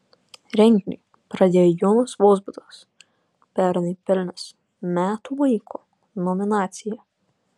renginį pradėjo jonas vozbutas pernai pelnęs metų vaiko nominaciją